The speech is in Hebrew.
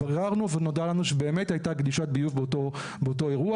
ביררנו ונודע לנו שבאמת הייתה גלישת ביוב באותו אירוע.